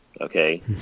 okay